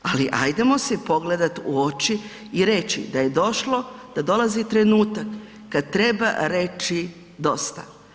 Ali, hajdemo si pogledati u oči i reći da je došlo, da dolazi trenutak kad treba reći dosta.